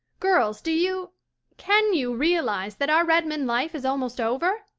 girls, do you can you realize that our redmond life is almost over?